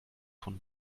von